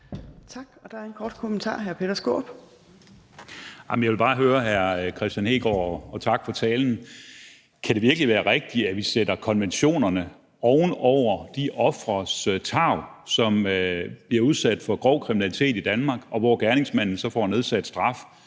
Hr. Peter Skaarup. Kl. 13:16 Peter Skaarup (DF): Jeg vil bare høre hr. Kristian Hegaard, og tak for talen: Kan det virkelig være rigtigt, at vi sætter konventionerne over de ofre, som bliver udsat for grov kriminalitet i Danmark, og deres tarv, og at gerningsmanden så får nedsat straf,